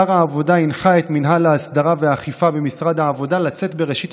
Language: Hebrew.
שר העבודה הנחה את מינהל ההסדרה והאכיפה במשרד העבודה לצאת בראשית